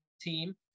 team